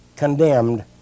condemned